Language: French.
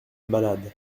malade